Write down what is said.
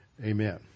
Amen